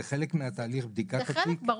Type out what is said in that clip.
זה חלק מהתהליך בדיקת התיק האישי.